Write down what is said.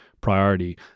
priority